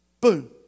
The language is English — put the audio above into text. Boom